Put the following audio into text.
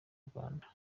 rwanda